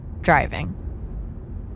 driving